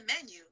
menu